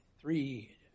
three